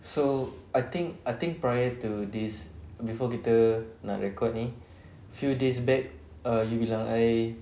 so I think I think prior to this before kita nak rekod ni few days back err you bilang I